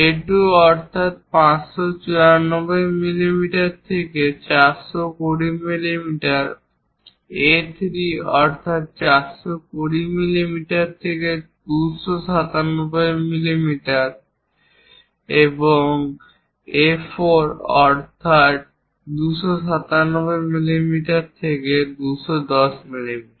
A2 অর্থাৎ 594 মিমি থেকে 420 মিমি A3 অর্থাৎ 420 মিমি থেকে 297 মিমি এবং A4 অর্থাৎ 297 মিমি থেকে 210 মিমি